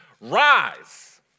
Rise